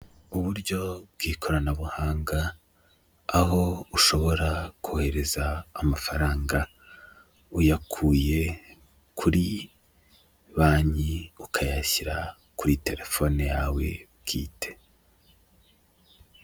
U buryo bw'ikoranabuhanga aho ushobora kohereza amafaranga uyakuye kuri banki ukayashyira kuri telefone yawe bwite.